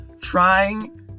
trying